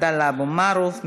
עבדאללה אבו מערוף,